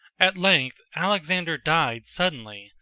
at length alexander died suddenly,